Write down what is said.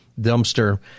dumpster